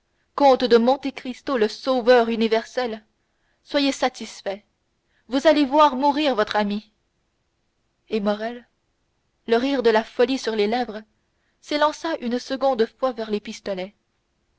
comte de monte cristo le sauveur universel soyez satisfait vous allez voir mourir votre ami et morrel le rire de la folie sur les lèvres s'élança une seconde fois vers les pistolets